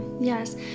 yes